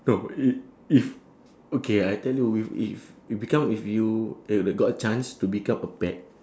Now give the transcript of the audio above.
no if if okay I tell you if if if become if you uh got a chance to become a pet